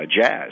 jazz